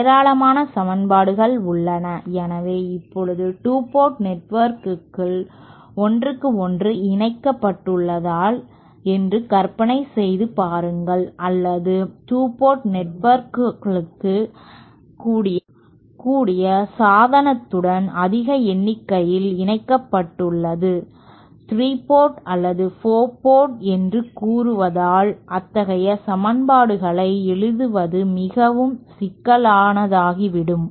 ஏராளமான சமன்பாடுகள் உள்ளன எனவே இப்போது 2 போர்ட் நெட்வொர்க்குகள் ஒன்றுக்குஒன்று இணைக்கப்பட்டுள்ளதா என்று கற்பனை செய்து பாருங்கள் அல்லது 2 போர்ட் நெட்வொர்க்குடன் கூடிய சாதனத்துடன் அதிக எண்ணிக்கையில் இணைக்கப்பட்டுள்ளது 3 போர்ட் அல்லது 4 போர்ட் என்று கூறுவதால் அத்தகைய சமன்பாடுகளை எழுதுவது மிகவும் சிக்கலானதாகிவிடும்